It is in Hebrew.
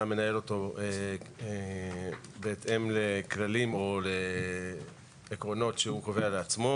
מנהל אותו בהתאם לכללים או לעקרונות שהוא קובע לעצמו.